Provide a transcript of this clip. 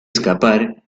escapar